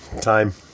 time